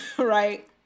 Right